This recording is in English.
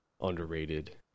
underrated